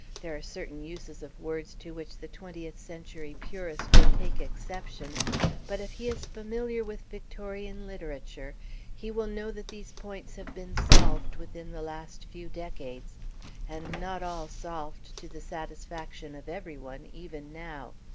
there are certain uses of words to which the twentieth century purist will take exception but if he is familiar with victorian literature he will know that these points have been solved within the last few decades and not all solved to the satisfaction of everyone, even now.